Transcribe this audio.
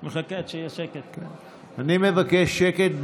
אני מבקש שקט במליאה,